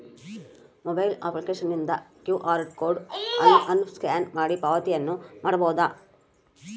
mobile ಅಪ್ಲಿಕೇಶನ್ನಿಂದ Q R code ಅನ್ನು scan ಮಾಡಿ ಪಾವತಿಯನ್ನ ಮಾಡಬೊದು